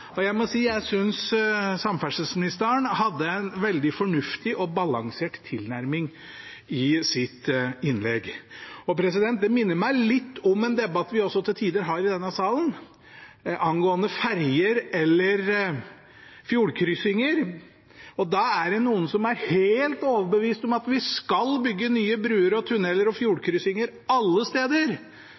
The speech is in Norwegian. sitt innlegg. Det minner meg litt om en debatt vi også til tider har i denne salen, angående ferjer eller fjordkryssinger. Da er det noen som er helt overbevist om at vi skal bygge nye bruer, tunneler og fjordkryssinger alle steder,